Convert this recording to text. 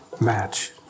match